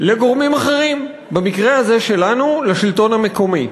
לגורמים אחרים, במקרה הזה שלנו לשלטון המקומי.